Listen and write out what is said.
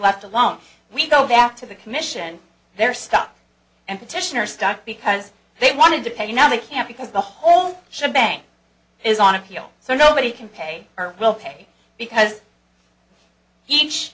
left alone we go back to the commission their stock and petitioner stock because they wanted to pay now they can't because the whole she bang is on appeal so nobody can pay or will pay because each